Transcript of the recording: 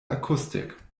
akustik